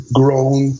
grown